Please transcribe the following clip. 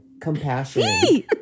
compassion